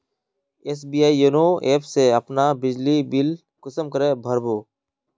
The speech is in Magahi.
एस.बी.आई योनो ऐप से अपना बिजली बिल कुंसम करे भर बो?